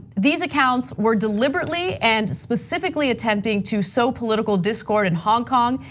these accounts were deliberately and specifically attempting to sow political discord in hong kong,